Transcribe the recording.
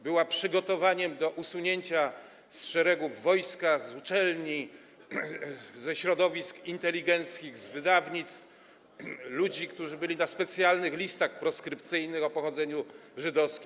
Była przygotowaniem do usunięcia z szeregów wojska, z uczelni, ze środowisk inteligenckich, z wydawnictw ludzi, którzy byli na specjalnych listach proskrypcyjnych, o pochodzeniu żydowskim.